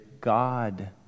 god